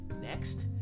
Next